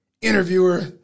interviewer